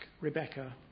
Rebecca